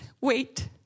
Wait